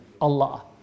Allah